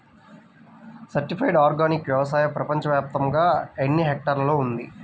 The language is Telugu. సర్టిఫైడ్ ఆర్గానిక్ వ్యవసాయం ప్రపంచ వ్యాప్తముగా ఎన్నిహెక్టర్లలో ఉంది?